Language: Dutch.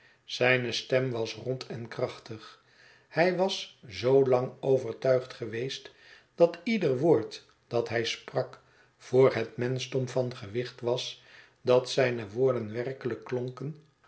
zijne stem was rond en krachtig hij was zoo lang overtuigd geweest dat ieder woord dat hij sprak voor het menschdom van gewicht was dat zijne woorden werkelijk klonken